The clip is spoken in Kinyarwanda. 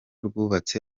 rwubatse